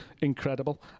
Incredible